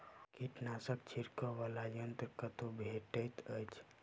कीटनाशक छिड़कअ वला यन्त्र कतौ भेटैत अछि?